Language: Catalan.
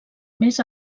més